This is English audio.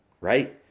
right